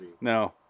No